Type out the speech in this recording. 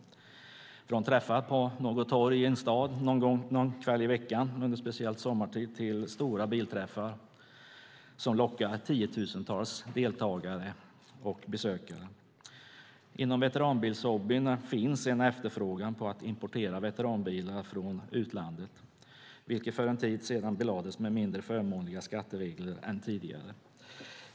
Det kan vara allt från träffar på något torg i en stad någon kväll i veckan, speciellt under sommartid, till stora bilträffar som lockar tiotusentals deltagare och besökare. Inom veteranbilshobbyn finns en efterfrågan på att importera veteranbilar från utlandet, vilket för en tid sedan belades med mindre förmånliga skatteregler än tidigare.